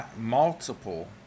multiple